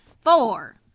Four